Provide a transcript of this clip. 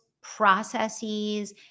processes